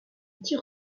tire